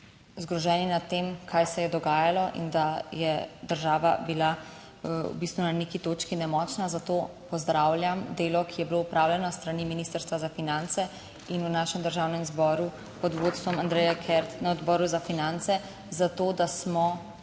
zgroženi nad tem, kaj se je dogajalo in da je država bila v bistvu na neki točki nemočna. Zato pozdravljam delo, ki je bilo opravljeno s strani Ministrstva za finance in v našem Državnem zboru pod vodstvom Andreja Kert na Odboru za finance zato, da smo